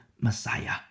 Messiah